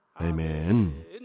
Amen